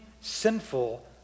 sinful